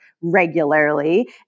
regularly